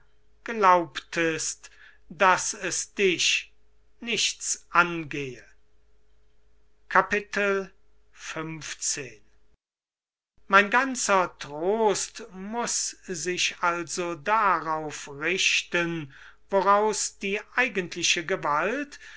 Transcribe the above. glaubtest daß es dich nichts angehe xv mein ganzer trost muß sich darauf richten woraus die eigentliche gewalt